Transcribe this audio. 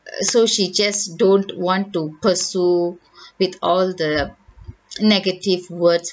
so she just don't want to pursue with all the negative words